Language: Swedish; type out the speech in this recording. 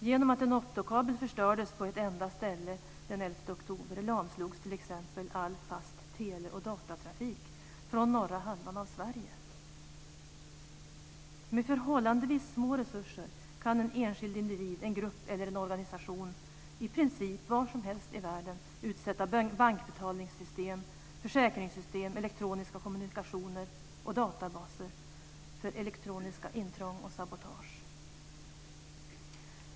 Genom att en optokabel förstördes på ett enda ställe den 11 oktober lamslogs t.ex. all fast tele och datatrafik från norra halvan av Sverige. Med förhållandevis små resurser kan en enskild individ, en grupp eller en organisation i princip var som helst i världen utsätta bankbetalningssystem, försäkringssystem, elektroniska kommunikationer och databaser för elektroniska intrång och sabotage.